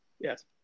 Yes